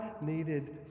needed